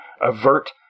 avert